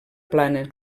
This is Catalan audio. plana